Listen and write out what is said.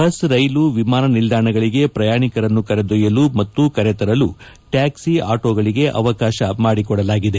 bus ರೈಲು ವಿಮಾನ ನಿಲ್ದಾಣಗಳಿಗೆ ಪ್ರಯಾಣಿಕರನ್ನು ಕರೆದೊಯ್ದಲು ಮತ್ತು ಕರೆ ತರಲು ಟ್ಯಾಕ್ಲಿ ಆಟೋಗಳಿಗೆ ಅವಕಾಶ ಮಾಡಿಕೊಡಲಾಗಿದೆ